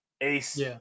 ace